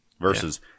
versus